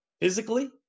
physically